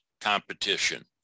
competition